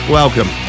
welcome